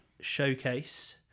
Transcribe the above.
Showcase